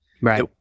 right